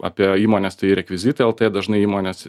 apie įmones rekvizitai lt dažnai įmonės